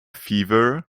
fever